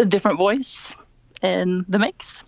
a different voice in the mix.